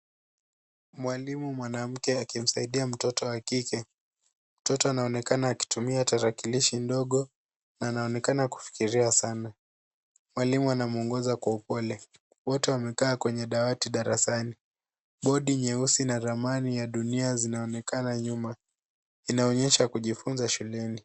Mwalimu mwanamke akimsaidia mtoto wa kike. Mtoto anaonekana akitumia tarakilishi ndogo na anaonekana kufikiria sana. Mwalimu anamuongoza kwa upole. Wote wamekaa kwenye dawati darasani. Bodi nyeusi na ramani ya dunia zinaonekana nyuma. Inaonyesha kujifunza shuleni.